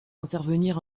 intervenir